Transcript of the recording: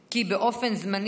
כי באופן זמני,